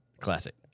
Classic